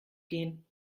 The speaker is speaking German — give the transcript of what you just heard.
gehen